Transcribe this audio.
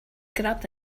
grabbed